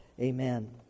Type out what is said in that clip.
Amen